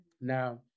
Now